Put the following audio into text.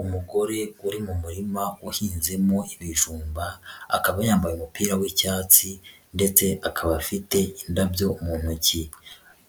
Umugore uri mu murima uhinzemo ibijumba, akaba yambaye umupira w'icyatsi ndetse akaba afite indabyo mu ntoki,